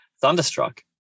Thunderstruck